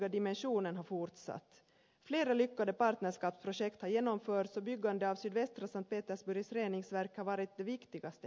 flera lyckade partnerskapsprojekt har genomförts byggandet av sydvästra st petersburgs reningsverk har varit det viktigaste hittills